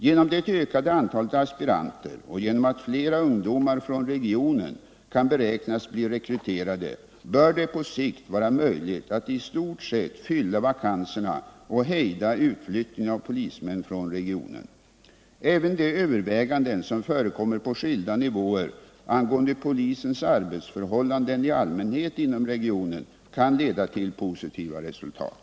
Genom det ökade antalet aspiranter och genom att flera ungdomar från regionen kan beräknas bli rekryterade bör det på sikt vara möjligt att i stort sett fylla vakanserna och hejda utflyttningen av polismän från regionen. Även de överväganden som förekommer på skilda nivåer angående polisens arbetsförhållanden i allmänhet inom regionen kan leda till positiva resultat.